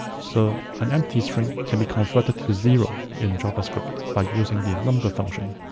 so an empty string can be converted to zero in javascript by using the number function